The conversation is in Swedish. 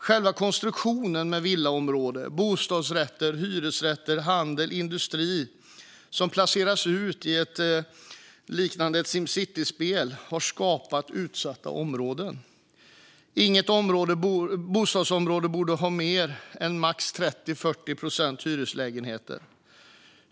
Själva konstruktionen med villaområden, bostadsrätter, hyresrätter, handel och industrier som placeras ut i något som liknar ett Simcityspel har skapat utsatta områden. Inget bostadsområde borde ha mer än max 30-40 procent hyreslägenheter.